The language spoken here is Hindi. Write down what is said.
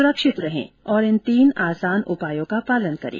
सुरक्षित रहें और इन तीन आसान उपायों का पालन करें